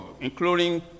including